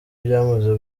byamaze